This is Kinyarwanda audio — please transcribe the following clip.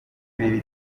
ibi